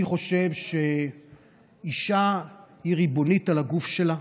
אני חושב שאישה היא ריבונית על הגוף שלה,